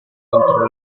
contro